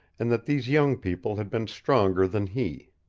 and that these young people had been stronger than he.